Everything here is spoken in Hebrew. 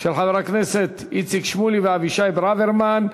של חברי הכנסת איציק שמולי ואבישי ברוורמן,